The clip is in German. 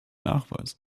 nachweisen